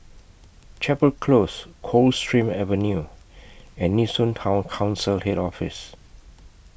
Chapel Close Coldstream Avenue and Nee Soon Town Council Head Office